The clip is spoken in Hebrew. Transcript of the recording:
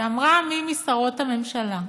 כשאמרה מי משרות הממשלה: